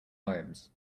arms